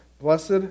Blessed